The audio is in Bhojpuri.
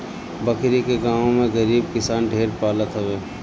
बकरी के गांव में गरीब किसान ढेर पालत हवे